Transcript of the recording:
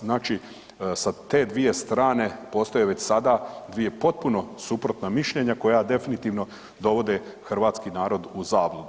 Znači sa te dvije strane, postoje već sada dvije potpuno suprotna mišljenja koja definitivno dovode hrvatski narod u zabludu.